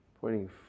pointing